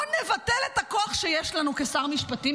בוא נבטל את הכוח שיש לנו כשר משפטים,